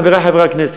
חברי חברי הכנסת,